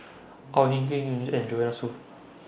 Au Hing Yee and Joanne Soo